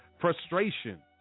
frustration